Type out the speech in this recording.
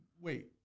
wait